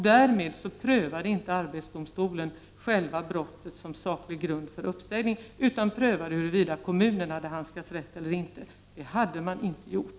Därmed prövade inte arbetsdomstolen själva brottet som saklig grund för uppsägning, utan den prövade huruvida kommunen hade handlat rätt eller inte. Det hade den inte gjort.